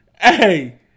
Hey